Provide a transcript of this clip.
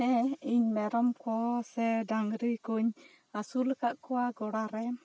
ᱤᱧ ᱢᱮᱨᱚᱢ ᱠᱚ ᱥᱮ ᱰᱟᱝᱨᱤ ᱠᱚᱧ ᱟᱥᱩᱞ ᱠᱟᱜ ᱠᱚᱣᱟ ᱜᱚᱲᱟ ᱨᱮ